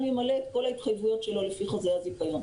ימלא את כל ההתחייבויות שלו לפי חוזה הזיכיון.